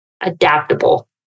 adaptable